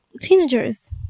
teenagers